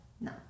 No